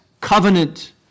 covenant